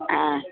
ஆ